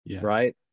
right